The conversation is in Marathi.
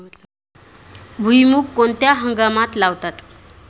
भुईमूग कोणत्या हंगामात लावतात?